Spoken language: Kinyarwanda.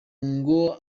ngo